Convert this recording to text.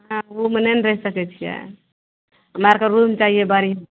हँ उ मे नहि ने रहि सकय छियै हमरा आरके रूम चाहियै बढ़िआँ